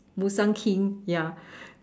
Musang King ya